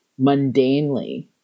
mundanely